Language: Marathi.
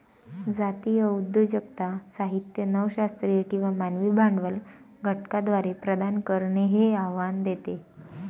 जातीय उद्योजकता साहित्य नव शास्त्रीय किंवा मानवी भांडवल घटकांद्वारे प्रदान करणे हे आव्हान देते